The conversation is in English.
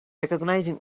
recognizing